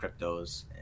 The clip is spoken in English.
cryptos